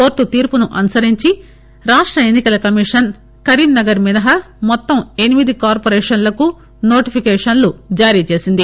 court తీర్పును అనుసరించి రాష్ట ఎన్ని కల కమిషన్ కరీంనగర్ మినహా మొత్తం ఎనిమిది కార్పొరేషన్లకు నోటిఫికేషన్లు జారీ చేసింది